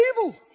evil